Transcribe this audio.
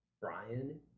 brian